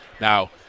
Now